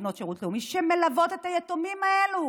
שמלוות את היתומים האלה